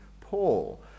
Paul